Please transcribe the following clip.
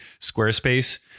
Squarespace